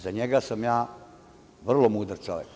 Za njega sam ja vrlo mudar čovek.